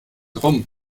rum